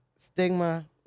stigma